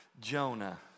Jonah